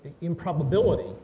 improbability